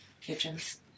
kitchens